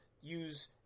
use